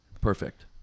perfect